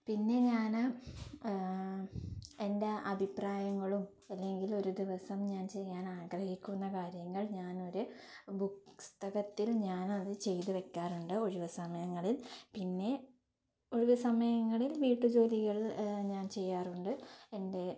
പിന്നെ ഞാൻ എൻ്റെ അഭിപ്രായങ്ങളും അല്ലെങ്കിൽ ഒരു ദിവസം ഞാൻ ചെയ്യാൻ ആഗ്രഹിക്കുന്ന കാര്യങ്ങൾ ഞാനൊരു ബു പുസ്തകത്തിൽ ഞാൻ അത് ചെയ്തു വയ്ക്കാറുണ്ട് ഒഴിവ് സമയങ്ങളിൽ പിന്നെ ഒഴിവ് സമയങ്ങളിൽ വീട്ടു ജോലികൾ ഞാൻ ചെയ്യാറുണ്ട് എൻ്റെ